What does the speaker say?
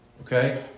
Okay